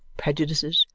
prejudices,